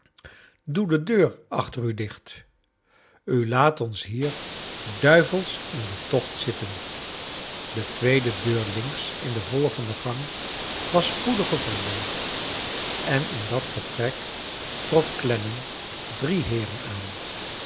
doe de deur achter u dicht u laat ons hier duivels in den tocht zitten de tweede deur links in de volgende gang was spoedig gevonden en in dat vertrek trof clennam drie heeren aan